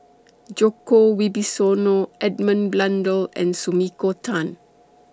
Djoko Wibisono Edmund Blundell and Sumiko Tan